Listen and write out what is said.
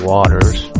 Waters